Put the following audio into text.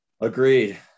Agreed